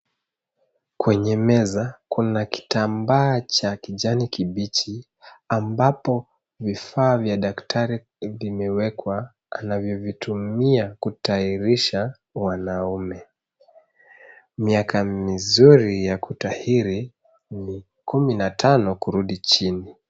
Kwenye meza kuna kitambaa cha kijani kibichi ambapo vifaa vya daktari vimewekwa anavyovitumia kutahirisha wanaume. Miaka mizuri ya kutahiri ni kumi na tano kurudi chini.